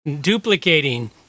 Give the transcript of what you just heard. Duplicating